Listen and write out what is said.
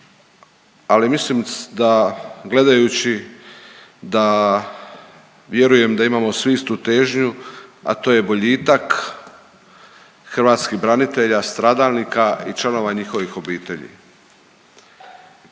Ali mislim da gledajući da vjerujem da imamo svi istu težnju, a to je boljitak hrvatskih branitelja, stradalnika i članova njihovih obitelji.